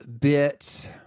bit